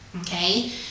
Okay